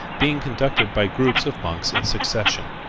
being conducted by groups of monks in succession.